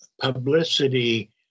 publicity